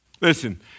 Listen